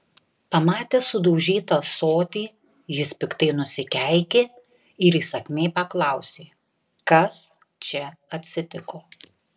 pamatęs sudaužytą ąsotį jis piktai nusikeikė ir įsakmiai paklausė kas čia atsitiko